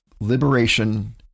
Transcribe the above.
liberation